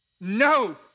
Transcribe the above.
No